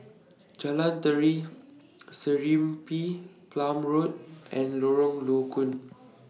Jalan Tari Serimpi Palm Road and Lorong Low Koon